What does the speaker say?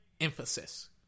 emphasis